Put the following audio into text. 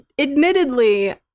admittedly